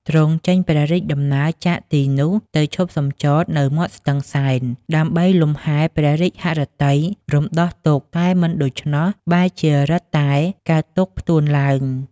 ទ្រង់ចេញព្រះរាជដំណើរចាកទីនោះ ទៅឈប់សុំចតនៅមាត់ស្ទឹងសែន ដើម្បីលំហែលព្រះរាជហឫទ័យរំដោះទុក្ខ តែមិនដូច្នោះ បែរជារឹតតែកើតទុក្ខផ្ទួនឡើង ។